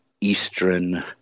eastern